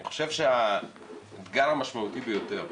אני חושב שהאתגר המשמעותי ביותר,